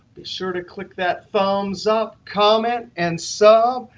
be sure to click that thumbs up, comment, and sub,